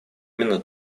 именно